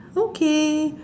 okay